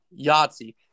Yahtzee